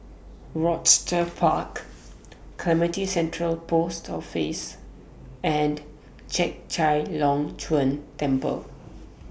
Rochester Park Clementi Central Post Office and Chek Chai Long Chuen Temple